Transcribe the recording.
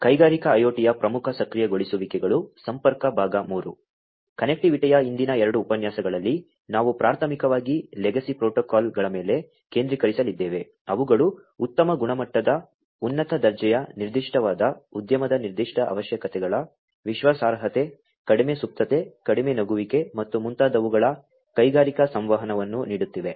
ಕನೆಕ್ಟಿವಿಟಿಯ ಹಿಂದಿನ 2 ಉಪನ್ಯಾಸಗಳಲ್ಲಿ ನಾವು ಪ್ರಾಥಮಿಕವಾಗಿ ಲೆಗಸಿ ಪ್ರೋಟೋಕಾಲ್ಗಳ ಮೇಲೆ ಕೇಂದ್ರೀಕರಿಸಿದ್ದೇವೆ ಅವುಗಳು ಉತ್ತಮ ಗುಣಮಟ್ಟದ ಉನ್ನತ ದರ್ಜೆಯ ನಿರ್ದಿಷ್ಟವಾದ ಉದ್ಯಮದ ನಿರ್ದಿಷ್ಟ ಅವಶ್ಯಕತೆಗಳ ವಿಶ್ವಾಸಾರ್ಹತೆ ಕಡಿಮೆ ಸುಪ್ತತೆ ಕಡಿಮೆ ನಡುಗುವಿಕೆ ಮತ್ತು ಮುಂತಾದವುಗಳ ಕೈಗಾರಿಕಾ ಸಂವಹನವನ್ನು ನೀಡುತ್ತಿವೆ